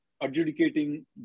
adjudicating